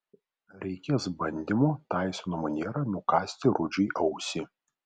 reikės bandymo taisono maniera nukąsti rudžiui ausį